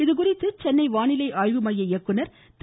இதுகுறித்து சென்னை வானிலை ஆய்வு மைய இயக்குனர் திரு